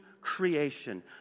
creation